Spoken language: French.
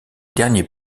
derniers